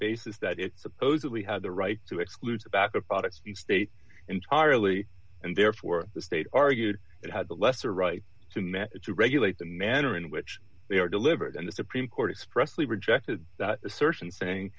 basis that it supposedly had the right to exclude the back of products the state entirely and therefore the state argued it had the lesser right to men to regulate the manner in which they are delivered and the supreme court expressly rejected that search and saying